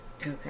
Okay